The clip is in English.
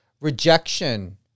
rejection